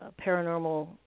paranormal